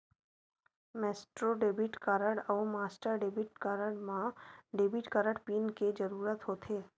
Maestro debit card अउ master debit म debit card PIN के जरूरत होथे